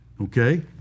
Okay